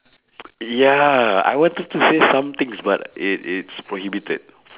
ya I wanted to say some things but it it's prohibited